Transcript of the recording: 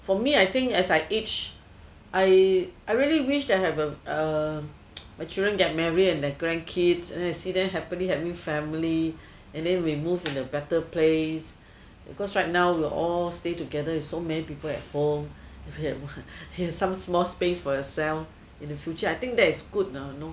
for me I think as I age I I really wish that I have my children get married and have grandkids and see them happily having family and we move to a better place because right now we all stay together it's so many people at home have some small space for ourselves in the future I think that is good know